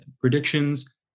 predictions